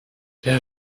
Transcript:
der